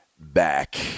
back